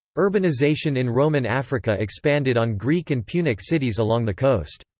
urbanization in roman africa expanded on greek and punic cities along the coast.